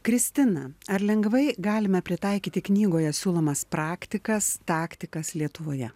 kristina ar lengvai galime pritaikyti knygoje siūlomas praktikas taktikas lietuvoje